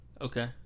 Okay